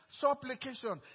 supplication